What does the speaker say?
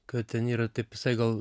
kad ten yra taip visai gal